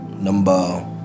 number